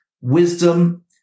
wisdom